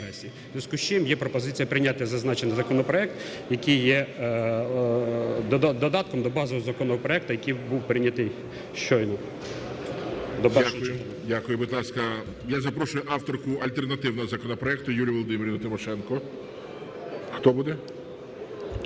У зв'язку з чим є пропозиція прийняти зазначений законопроект, який є додатком до базового законопроекту, який був прийнятий щойно. ГОЛОВУЮЧИЙ. Дякую. Будь ласка, я запрошую авторку альтернативного законопроекту Юлію Володимирівну Тимошенко. Хто буде?